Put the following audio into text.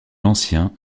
l’ancien